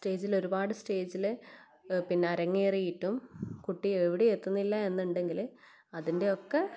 സ്റ്റേജിൽ ഒരുപാട് സ്റ്റേജിൽ പിന്നെ അരങ്ങേറിയിട്ടും കുട്ടി എവിടെ എത്തുന്നില്ല എന്നുണ്ടെങ്കിൽ അതിൻ്റെയൊക്കെ